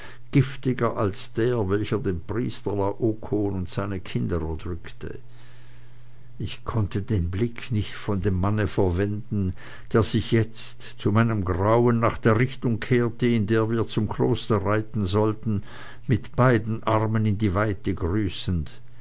giftiger als der welcher en priester laokoon und seine kinder erdrückte ich konnte den blick nicht von dem manne verwenden der ich jetzt zu meinem grauen nach der richtung kehrte in er wir zum kloster reiten sollten mit beiden armen in die weite grüßend